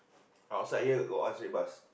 outside here got one straight bus